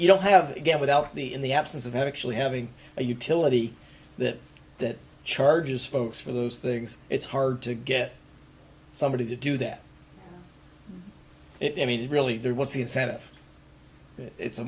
you don't have to get without the in the absence of actually having a utility that that charges folks for those things it's hard to get somebody to do that it is really there what's the incentive it's a